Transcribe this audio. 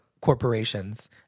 corporations